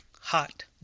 hot